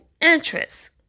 interest